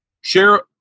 share